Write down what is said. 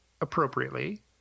appropriately